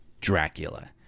Dracula